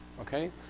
Okay